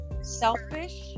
selfish